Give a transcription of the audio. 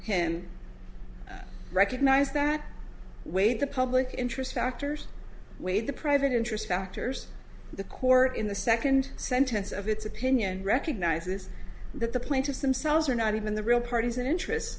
him recognized that way the public interest factors weighed the private interest factors the court in the second sentence of its opinion recognizes that the plaintiffs themselves are not even the real parties and interest